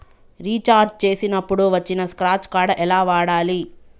Recharge చేసినప్పుడు వచ్చిన scratch card ఎలా వాడాలి?